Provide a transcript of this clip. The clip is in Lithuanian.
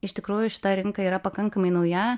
iš tikrųjų šita rinka yra pakankamai nauja